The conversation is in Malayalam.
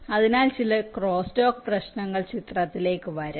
അതിനാൽ ചില ക്രോസ്റ്റാക്ക് പ്രശ്നങ്ങൾ ചിത്രത്തിലേക്ക് വരാം